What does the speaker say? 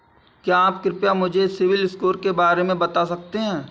क्या आप कृपया मुझे सिबिल स्कोर के बारे में बता सकते हैं?